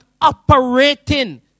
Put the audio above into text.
operating